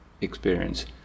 experience